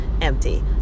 empty